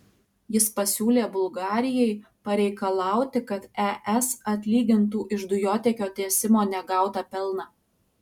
jis pasiūlė bulgarijai pareikalauti kad es atlygintų iš dujotiekio tiesimo negautą pelną